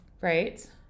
right